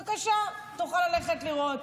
בבקשה, תוכלי ללכת לראות.